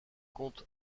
compte